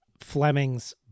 Fleming's